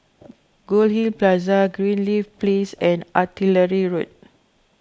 Goldhill Plaza Greenleaf Place and Artillery Road